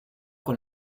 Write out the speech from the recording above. con